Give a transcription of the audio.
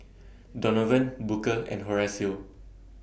Donovan Booker and Horacio